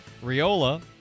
Riola